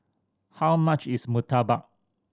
how much is murtabak